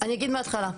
אני אגיד מההתחלה.